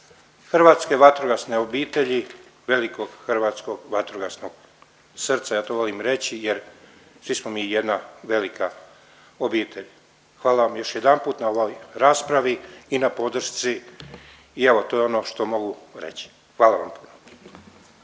hrvatske vatrogasne obitelji, velikog hrvatskog vatrogasnog srca ja to volim reći jer svi smo mi jedna velika obitelj. Hvala vam još jedanput na ovoj raspravi i na podršci i evo to je ono što mogu reći. Hvala vam.